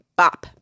bop